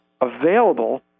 available